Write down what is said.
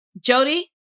Jody